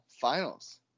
finals